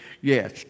Yes